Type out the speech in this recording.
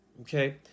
Okay